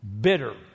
bitter